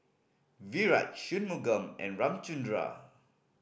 Virat Shunmugam and Ramchundra